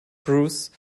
bruce